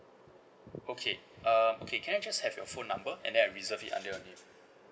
okay uh okay can I just have your phone number and then I reserve it under your name